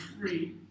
free